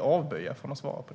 avböjer därför att svara på frågan.